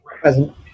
Present